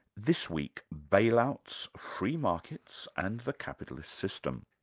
this week, bail-outs, free markets and the capitalist system.